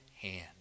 hand